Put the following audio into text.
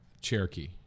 Cherokee